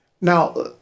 Now